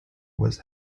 was